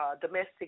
domestic